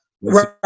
Right